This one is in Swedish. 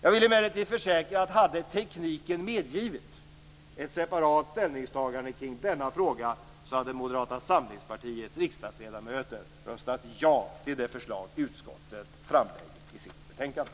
Jag vill emellertid försäkra att om tekniken hade medgivit ett separat ställningstagande kring denna fråga hade Moderata samlingspartiets riksdagsledamöter röstat ja till det förslag utskottet framlägger i sitt betänkande.